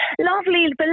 lovely